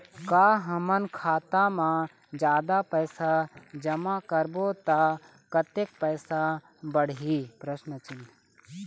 का हमन खाता मा जादा पैसा जमा करबो ता कतेक पैसा बढ़ही?